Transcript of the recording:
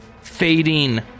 Fading